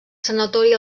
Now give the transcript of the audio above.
sanatori